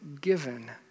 given